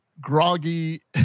groggy